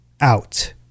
out